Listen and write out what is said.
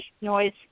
noise